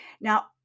Now